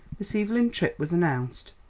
miss evelyn tripp was announced,